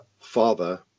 father